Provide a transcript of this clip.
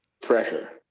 treasure